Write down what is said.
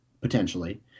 potentially